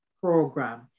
program